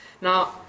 Now